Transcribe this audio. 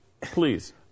Please